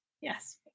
Yes